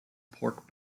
pork